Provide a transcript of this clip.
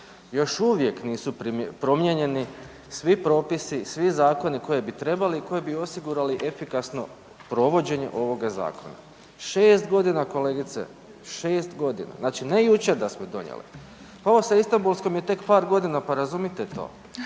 Još uvijek nisu promijenjeni svi propisi, svi zakoni koje bi trebali i koji bi osigurali efikasno provođenje ovoga zakona. 6 godina kolegice, 6 godina, znači ne jučer da smo donijeli. Ovo sa Istambulskom je tek par godina pa razumite to,